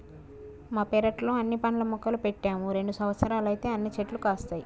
మా పెరట్లో అన్ని పండ్ల మొక్కలు పెట్టాము రెండు సంవత్సరాలైతే అన్ని చెట్లు కాస్తాయి